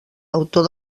autor